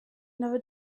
never